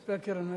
כספי הקרן מאיפה?